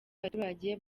baturage